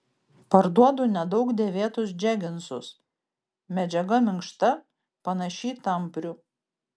parduodu nedaug dėvėtus džeginsus medžiaga minkšta panaši į tamprių